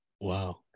Wow